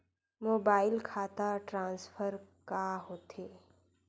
Mobile खाता transfer का होथे?